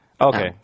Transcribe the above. Okay